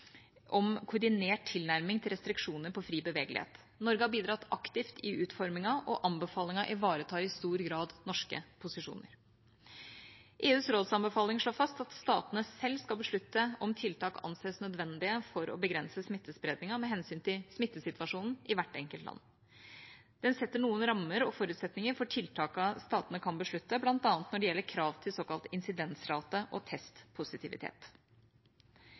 om koordinert tilnærming til restriksjoner på fri bevegelighet. Norge har bidratt aktivt i utformingen, og anbefalingen ivaretar i stor grad norske posisjoner. EUs rådsanbefaling slår fast at statene selv skal beslutte om tiltak anses nødvendige for å begrense smittespredningen, med hensyn til smittesituasjonen i hvert enkelt land. Den setter noen rammer og forutsetninger for tiltakene statene kan beslutte, bl.a. når det gjelder krav til såkalt insidensrate og testpositivitet.